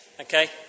Okay